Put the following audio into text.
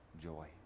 joy